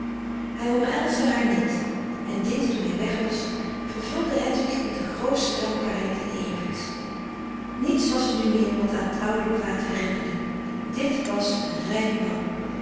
hij omhelsde haar niet en dit toen hij weg was vervulde hedwig met de grootste dankbaarheid en eerbied niets was er nu meer wat aan t oude kwaad herinnerde dit was een rein man